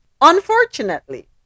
Unfortunately